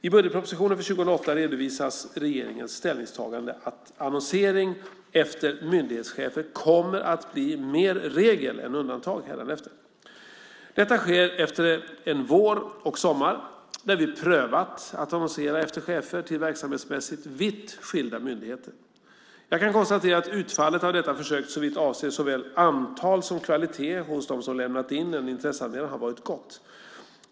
I budgetpropositionen för 2008 redovisas regeringens ställningstagande att annonsering efter myndighetschefer kommer att bli mer regel än undantag hädanefter. Detta sker efter en vår och sommar där vi prövat att annonsera efter chefer till verksamhetsmässigt vitt skilda myndigheter. Jag kan konstatera att utfallet av detta försök såvitt avser såväl antal som kvalitet hos dem som lämnat in en intresseanmälan har varit gott.